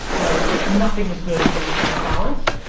like nothing is good when it's out of balance,